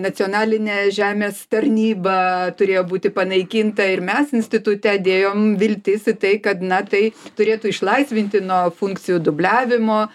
nacionalinė žemės tarnyba turėjo būti panaikinta ir mes institute dėjom viltis į tai kad na tai turėtų išlaisvinti nuo funkcijų dubliavimo